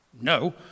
no